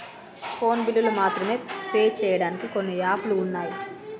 phone బిల్లులు మాత్రమే pay చెయ్యడానికి కొన్ని యాపులు వున్నయ్